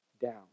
down